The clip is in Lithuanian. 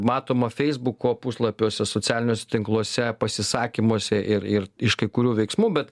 matoma feisbuko puslapiuose socialiniuos tinkluose pasisakymuose ir ir iš kai kurių veiksmų bet